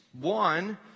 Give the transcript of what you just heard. One